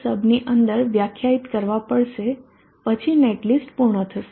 sub ની અંદર વ્યાખ્યાયિત કરવા પડશે પછી નેટલિસ્ટ પૂર્ણ થશે